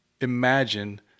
imagine